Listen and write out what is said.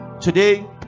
today